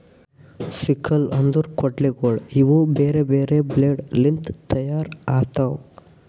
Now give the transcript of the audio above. sickle ಅಂದುರ್ ಕೊಡ್ಲಿಗೋಳ್ ಇವು ಬೇರೆ ಬೇರೆ ಬ್ಲೇಡ್ ಲಿಂತ್ ತೈಯಾರ್ ಆತವ್